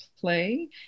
play